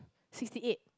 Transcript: sixty eight